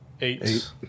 eight